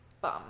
bum